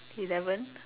eleven